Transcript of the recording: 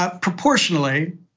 proportionally